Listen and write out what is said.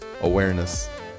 awareness